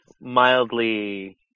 mildly